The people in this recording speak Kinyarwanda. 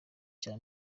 cya